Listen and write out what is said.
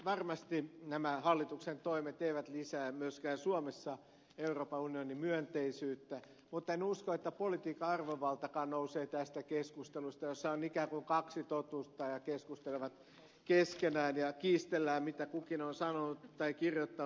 varmasti nämä hallituksen toimet eivät lisää myöskään suomessa euroopan union myönteisyyttä mutta en usko että politiikan arvovaltakaan nousee tästä keskustelusta jossa on ikään kuin kaksi totuutta jotka keskustelevat keskenään ja jossa kiistellään mitä kukin on sanonut tai kirjoittanut viime keväänä